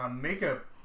makeup –